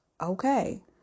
okay